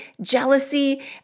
jealousy